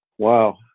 Wow